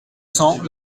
cents